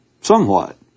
Somewhat